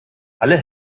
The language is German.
alle